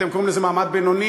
אתם קוראים לזה "מעמד בינוני"?